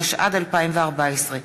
התשע"ד 2014,